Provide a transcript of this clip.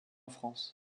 france